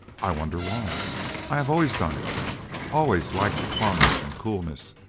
i wonder why i have always done it always liked the plunge, and coolness.